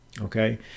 okay